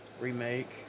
remake